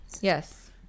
Yes